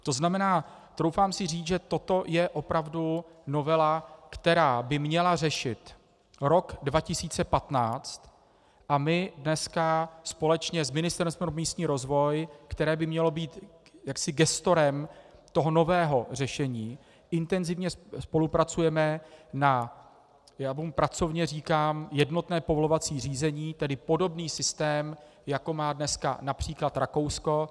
To znamená, troufám si říct, že toto je opravdu novela, která by měla řešit rok 2015, a my dneska společně s Ministerstvem pro místní rozvoj, které by mělo být jaksi gestorem nového řešení, intenzivně spolupracujeme na pracovně tomu říkám jednotném povolovacím řízení, tedy podobný systém, jako má dneska například Rakousko.